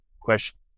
question